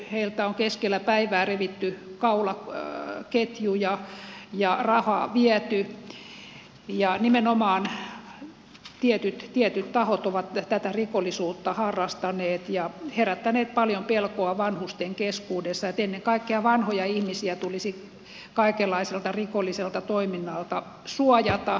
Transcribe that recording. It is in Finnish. heiltä on keskellä päivää revitty kaulaketjuja ja viety rahaa ja nimenomaan tietyt tahot ovat tätä rikollisuutta harrastaneet ja herättäneet paljon pelkoa vanhusten keskuudessa niin että ennen kaikkea vanhoja ihmisiä tulisi kaikenlaiselta rikolliselta toiminnalta suojata